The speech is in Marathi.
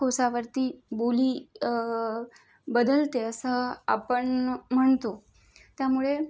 कोसावरती बोली बदलते असं आपण म्हणतो त्यामुळे